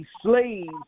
slaves